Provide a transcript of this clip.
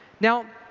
now,